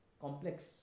complex